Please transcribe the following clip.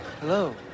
Hello